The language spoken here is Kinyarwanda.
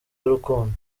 y’urukundo